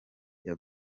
byo